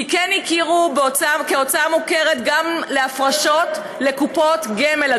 כי כן הכירו באוצר כהוצאה מוכרת גם בהפרשות לקופות גמל,